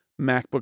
MacBook